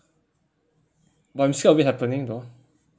but I'm scared of it happening though